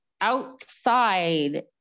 outside